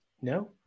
No